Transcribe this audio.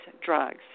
drugs